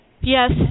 Yes